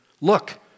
Look